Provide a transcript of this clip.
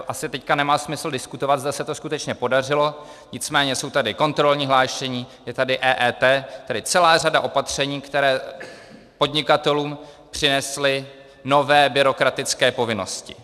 Asi teď nemá smysl diskutovat, zda se to skutečně podařilo, nicméně jsou tady kontrolní hlášení, je tady EET, tedy celá řada opatření, která podnikatelům přinesla nové byrokratické povinnosti.